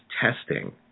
testing